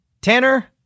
tanner